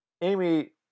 Amy